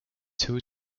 two